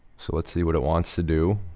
so, let's see what it wants to do.